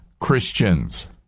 Christians